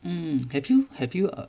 um have you have you